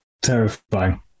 Terrifying